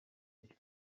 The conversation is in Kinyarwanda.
nshya